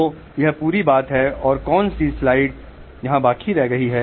तो यह पूरी बात है